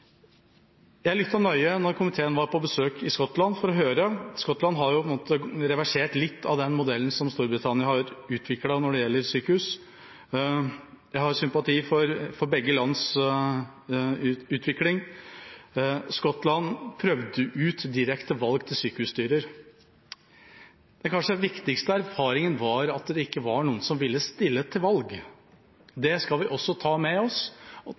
Jeg lyttet nøye da komiteen var på besøk i Skottland. Skottland har på en måte reversert litt av den modellen som Storbritannia har utviklet når det gjelder sykehus. Jeg har sympati for begge lands utvikling. Skottland prøvde ut direkte valg til sykehusstyrer. Den kanskje viktigste erfaringen var at det ikke var noen som ville stille til valg. Det skal vi også ta med oss.